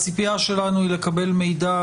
אני רוצה להזכיר שהציפייה שלנו היא לקבל מידע,